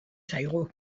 zaigu